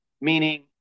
Meaning